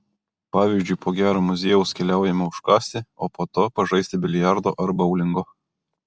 pavyzdžiui po gero muziejaus keliaujame užkąsti o po to pažaisti biliardo ar boulingo